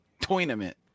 tournament